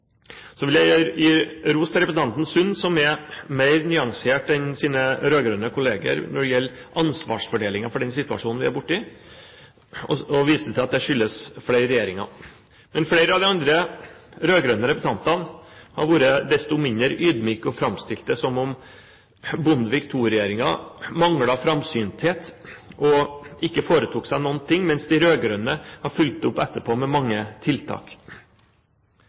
Så vil jeg gi ros til representanten Sund, som er mer nyansert enn sine rød-grønne kolleger når det gjelder ansvarsfordelingen for den situasjonen vi er i, og viser til at det skyldes flere regjeringer. Men flere av de andre rød-grønne representantene har vært desto mindre ydmyke og framstilt det som om Bondevik II-regjeringen manglet framsynthet og ikke foretok seg noen ting, mens de rød-grønne har fulgt opp etterpå med mange tiltak.